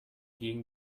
gegen